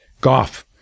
Goff